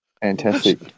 fantastic